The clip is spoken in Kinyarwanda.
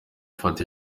fata